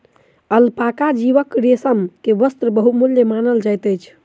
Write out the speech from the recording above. alpaca जीवक रेशम के वस्त्र बहुमूल्य मानल जाइत अछि